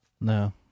no